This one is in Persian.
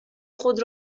خود